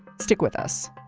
stick with us